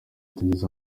tugize